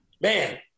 Man